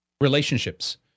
relationships